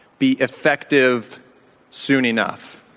be effective soon enough?